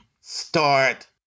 start